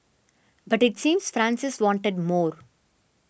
but it seems Francis wanted more